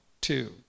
two